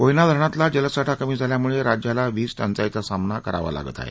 कोयना धरणातला जलसाठा कमी झाल्यामूळं राज्याला वीज टंचाईचा सामना करावा लागत आहे